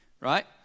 right